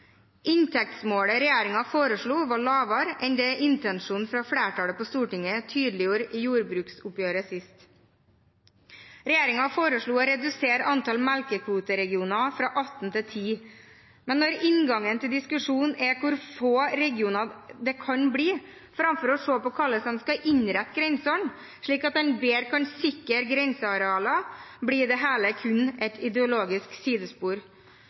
Inntektsmålet regjeringen foreslo, var lavere enn det intensjonen fra flertallet på Stortinget tydeliggjorde i jordbruksoppgjøret sist. Regjeringen foreslo å redusere antall melkekvoteregioner fra 18 til 10, men når inngangen til diskusjonen er hvor få regioner det kan bli, framfor å se på hvordan en skal innrette grensene slik at en bedre kan sikre grensearealene, blir det hele kun et ideologisk sidespor.